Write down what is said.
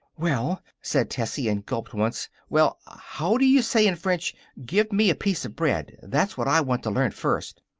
well, said tessie, and gulped once, well, how do you say in french give me a piece of bread? that's what i want to learn first.